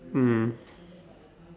mm